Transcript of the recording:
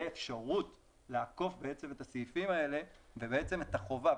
אפשרות לעקוף את הסעיפים האלה ואת החובה.